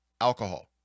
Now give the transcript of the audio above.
alcohol